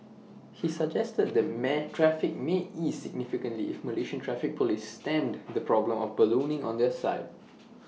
he suggested the man traffic may ease significantly if Malaysian traffic Police stemmed the problem of ballooning on their side